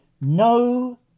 No